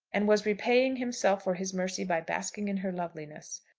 and was repaying himself for his mercy by basking in her loveliness.